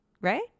right